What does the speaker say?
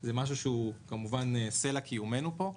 זה משהו שהוא סלע קיומנו פה.